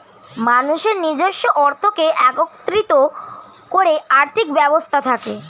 মানুষের নিজস্ব অর্থকে একত্রিত করে আর্থিক ব্যবস্থা থাকে